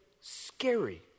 scary